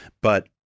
But-